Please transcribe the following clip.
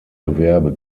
gewerbe